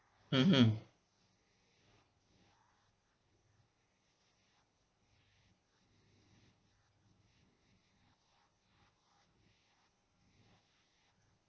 mmhmm